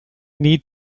need